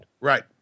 Right